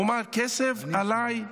הוא אמר: כסף עליי.